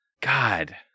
God